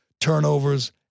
turnovers